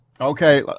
Okay